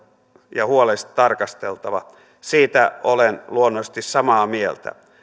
ja huolellisesti tarkasteltava siitä olen luonnollisesti samaa mieltä